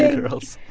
girls